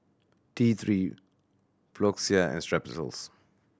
T Three Floxia and Strepsils